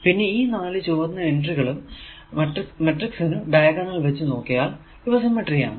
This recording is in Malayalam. പിന്നെ ഈ 4 ചുവന്ന എൻട്രി കളും മാട്രിക്സ് നു ഡയഗണൽ വച്ച് നോക്കിയാൽ ഇവ സിമെട്രി ആണ്